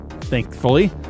thankfully